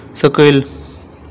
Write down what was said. सकयल